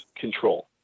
control